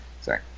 sorry